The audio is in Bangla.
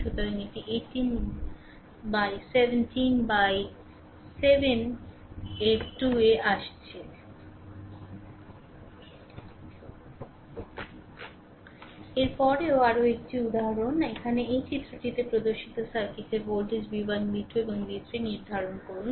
সুতরাং এটি 18 বাই 17 বাই 7 এর 2 এ আসছে এর পরের আরও একটি উদাহরণ এখানে এই চিত্রটিতে প্রদর্শিত সার্কিটের ভোল্টেজ v1 v2 এবং v3 নির্ধারণ করুন